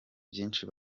byinshi